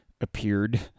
appeared